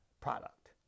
product